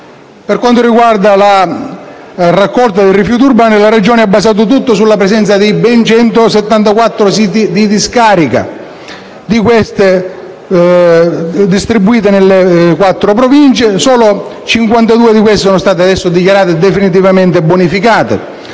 Per quanto riguarda la raccolta dei rifiuti urbani, la Regione ha basato tutto sulla presenza di ben 174 siti di discarica distribuiti nelle quattro Province, dei quali solo 52 sono stati dichiarati definitivamente bonificati